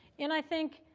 and i think